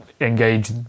engage